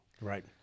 right